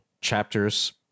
chapters